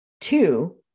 two